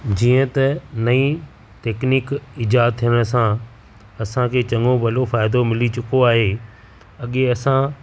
जीअं त नईं टेकनीक इजाद थियण सां असां खे चङो भलो फ़ाइदो मिली चुको आहे अॻे असां